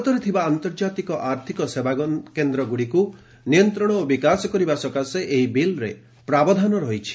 ଭାରତରେ ଥିବା ଆନ୍ତର୍ଜାତିକ ଆର୍ଥିକ ସେବାକେନ୍ଦ୍ରଗୁଡ଼ିକୁ ନିୟନ୍ତ୍ରଣ ଓ ବିକାଶ କରିବା ସକାଶେ ଏହି ବିଲ୍ରେ ବ୍ୟବସ୍ଥା ରହିଛି